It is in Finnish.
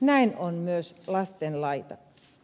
näin on myös lasten laita